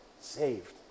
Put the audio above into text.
Saved